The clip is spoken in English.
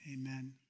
amen